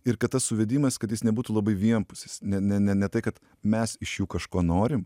ir kad tas suvedimas kad jis nebūtų labai vienpusis ne ne ne ne tai kad mes iš jų kažko norim